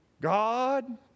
God